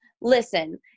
Listen